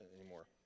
anymore